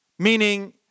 meaning